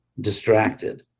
distracted